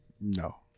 No